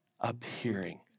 appearing